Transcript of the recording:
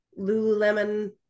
Lululemon